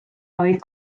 oedd